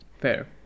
Fair